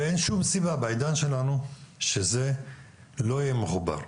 ואין שום סיבה בעידן שלנו שזה לא יהיה מחובר.